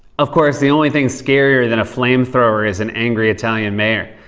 of course, the only thing scarier than a flamethrower is an angry italian mayor.